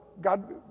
God